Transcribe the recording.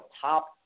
top